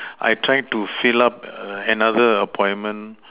I try to fill up another appointment